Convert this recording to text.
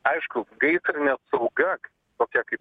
aišku gaisrinė sauga tokia kaip